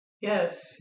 Yes